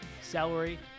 celery